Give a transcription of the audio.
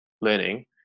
learning